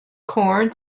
corn